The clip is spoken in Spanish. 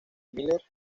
miller